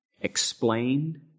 explained